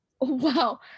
Wow